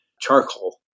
charcoal